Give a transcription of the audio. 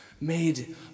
Made